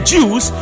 Jews